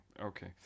okay